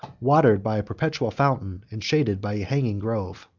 watered by a perpetual fountain, and shaded by a hanging grove.